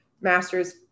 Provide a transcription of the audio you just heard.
masters